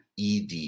ed